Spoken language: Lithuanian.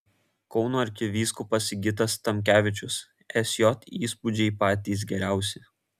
kauno arkivyskupas sigitas tamkevičius sj įspūdžiai patys geriausi